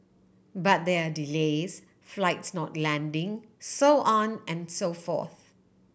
but there are delays flights not landing so on and so forth